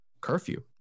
curfew